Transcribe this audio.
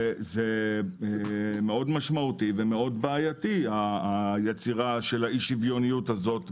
זה מאוד משמעותי ומאוד בעייתי היצירה של אי-השוויוניות הזאת.